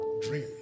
dream